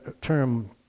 term